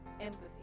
empathy